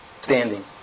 Standing